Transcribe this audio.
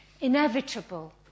inevitable